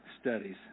studies